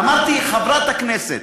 אמרתי, חברת הכנסת,